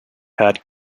had